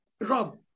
Rob